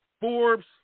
Forbes